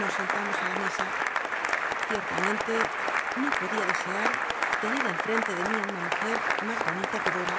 nos sentamos i la mesa cicrlamcnle no podía dcsca t tener enfrente de mí i una mujer mas bon ita que dota